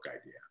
idea